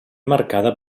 marcada